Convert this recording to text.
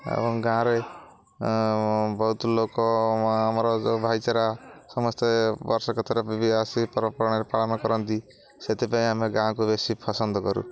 ଏବଂ ଗାଁରେ ବହୁତ ଲୋକ ଆମର ଯୋଉ ଭାଇଚାରା ସମସ୍ତେ ବର୍ଷକ ଥରେ ବି ଆସି ପର୍ବପର୍ବାଣିରେ ପାଳନ କରନ୍ତି ସେଥିପାଇଁ ଆମେ ଗାଁକୁ ବେଶୀ ପସନ୍ଦ କରୁ